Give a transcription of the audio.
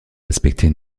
respecter